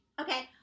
Okay